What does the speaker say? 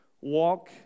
walk